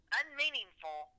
unmeaningful